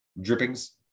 drippings